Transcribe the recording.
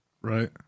Right